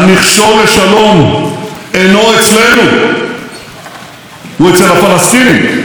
המכשול לשלום אינו אצלנו, הוא אצל הפלסטינים.